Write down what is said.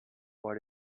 what